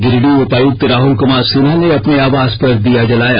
गिरिडीह उपायुक्त राहुल कुमार सिन्हा ने अपने आवास पर दीया जलाया